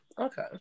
okay